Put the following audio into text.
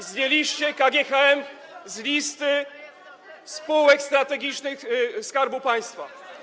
Wyłączyliście KGHM z listy spółek strategicznych Skarbu Państwa.